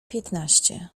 piętnaście